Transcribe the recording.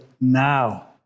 now